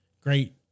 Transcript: great